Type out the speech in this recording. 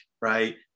right